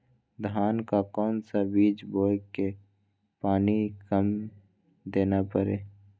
धान का कौन सा बीज बोय की पानी कम देना परे?